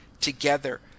together